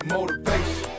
Motivation